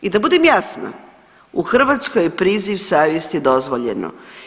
I da budem jasna u Hrvatskoj je priziv savjesti dozvoljeno.